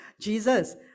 jesus